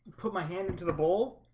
put my hand into the bowl.